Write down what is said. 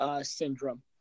syndrome